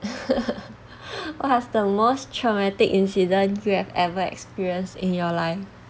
what's the most traumatic incident you have ever experienced in your life